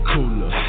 Cooler